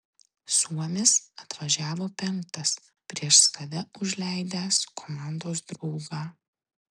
suomis atvažiavo penktas prieš save užleidęs komandos draugą